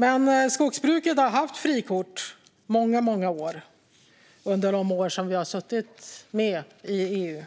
Men skogsbruket har haft frikort i många, många år under de år som Sverige har varit med i EU.